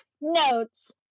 notes